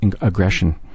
aggression